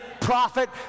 prophet